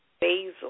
basil